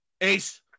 Ace